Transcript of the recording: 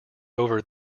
over